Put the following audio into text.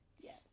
yes